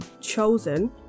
chosen